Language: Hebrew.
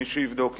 מי שיבדוק יבדוק,